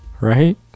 right